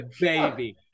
baby